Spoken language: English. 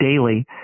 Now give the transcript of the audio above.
daily